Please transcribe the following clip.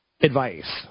Advice